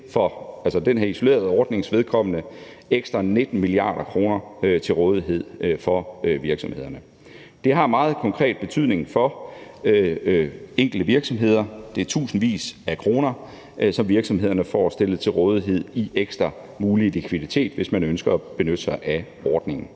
Den her isolerede ordning vil stille ekstra 19 mia. kr. til rådighed for virksomhederne. Det har meget konkret betydning for enkelte virksomheder. Det er tusindvis af kroner, som virksomhederne får stillet til rådighed i ekstra mulig likviditet, hvis de ønsker at benytte sig af ordningen.